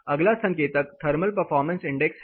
अगला संकेतक thermal performance index है